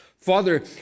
Father